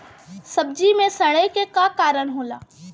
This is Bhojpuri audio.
सब्जी में सड़े के का कारण होला?